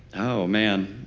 oh, man.